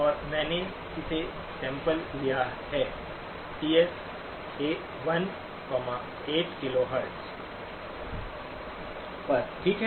और मैंने इसे सैंपल लिया है T S 1 8 kilo hertz TS 1 8 KHz पर ठीक है